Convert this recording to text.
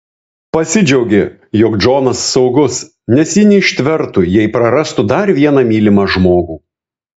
pasidžiaugė jog džonas saugus nes ji neištvertų jei prarastų dar vieną mylimą žmogų